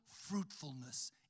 fruitfulness